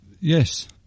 yes